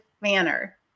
manner